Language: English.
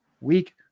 week